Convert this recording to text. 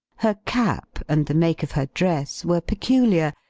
her cap and the make of her dress were peculiar,